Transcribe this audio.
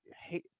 hey